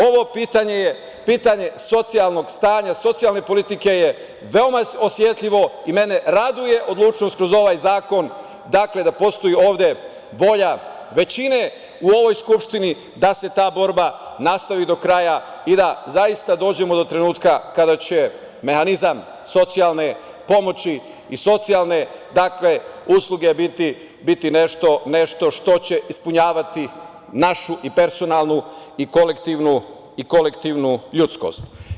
Ovo pitanje, pitanje socijalne politike je veoma osetljivo i mene raduje odlučnost kroz ovaj zakon, da postoji volja većine u ovoj Skupštini da se ta borba nastavi do kraja i da zaista dođemo do trenutka kada će mehanizam socijalne pomoći i socijalne usluge biti nešto što će ispunjavati našu i personalnu i kolektivnu ljudskost.